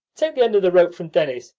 take the end of the rope from denis!